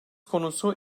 konusu